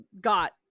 got